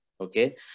Okay